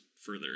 further